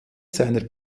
seiner